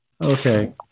okay